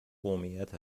قومیت